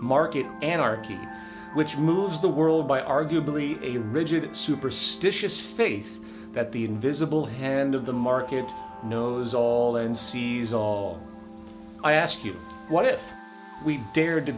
market anarky which moves the world by arguably a rigid superstitious faith that the invisible hand of the market knows all and sees all i ask you what if we dared to